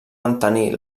mantenir